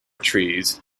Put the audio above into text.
trees